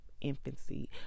infancy